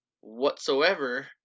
whatsoever